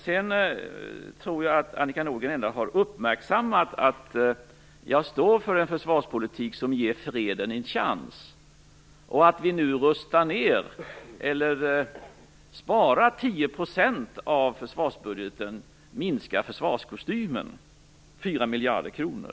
Sedan tror jag att Annika Nordgren ändå har uppmärksammat att jag står för en försvarspolitik som ger freden en chans och att vi nu rustar ned, eller minskar försvarskostymen, genom att vi sparar 10 % av försvarsbudgeten, 4 miljarder kronor.